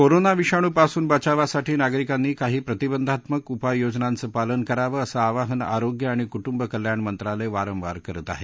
corona विषाणुपासून बचावासाठी नागरिकांनी काही प्रतिबंधात्मक उपाययोजनांचं पालन करावं असं आवाहन आरोग्य आणि कुटुंब कल्याण मंत्रालय वारंवार करत आहे